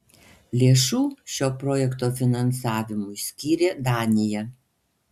lėšų šio projekto finansavimui skyrė danija